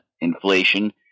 inflation